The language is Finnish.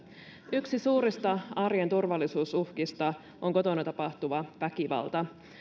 yksi suurista arjen turvallisuusuhkista on kotona tapahtuva väkivalta